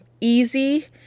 easy